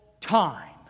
time